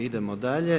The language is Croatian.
Idemo dalje.